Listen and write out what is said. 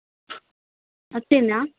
వచ్చిందా